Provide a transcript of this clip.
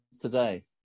today